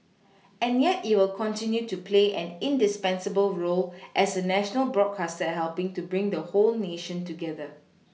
and yet it'll continue to play an indispensable role as the national broadcaster helPing to bring the whole nation together